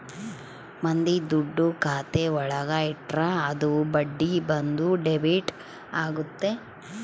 ಮಂದಿ ದುಡ್ಡು ಖಾತೆ ಒಳಗ ಇಟ್ರೆ ಅದು ಬಡ್ಡಿ ಬಂದು ಡೆಬಿಟ್ ಆಗುತ್ತೆ